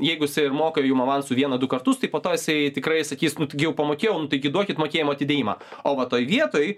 jeigu jisai ir moka jum avansu vieną du kartus tai po to jisai tikrai sakys nu taigi jau pamokėjau nu taigi duokit mokėjimo atidėjimą o vat toj vietoj